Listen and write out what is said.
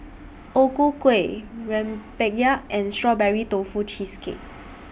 O Ku Kueh Rempeyek and Strawberry Tofu Cheesecake